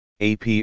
AP